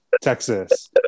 Texas